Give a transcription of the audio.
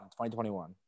2021